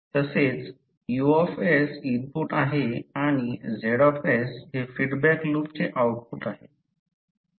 तसेच U input आहे आणि Z हे फीडबॅक लूपचे आउटपुट आहे